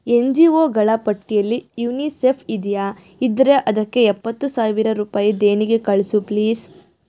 N G ಒಗಳ ಪಟ್ಟಿಯಲ್ಲಿ UNICEF ಇದೆಯಾ ಇದ್ದರೆ ಅದಕ್ಕೆ ಎಪ್ಪತ್ತು ಸಾವಿರ ರೂಪಾಯಿ ದೇಣಿಗೆ ಕಳಿಸು ಪ್ಲೀಸ್